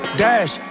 dash